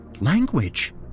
language